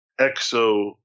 exo